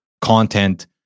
content